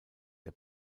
der